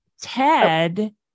Ted